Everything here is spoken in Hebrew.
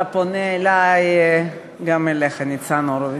והפונה אלי, גם אליך, ניצן הורוביץ,